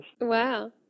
Wow